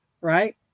right